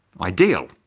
ideal